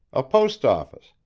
a post-office,